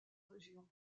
région